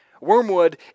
Wormwood